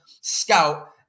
scout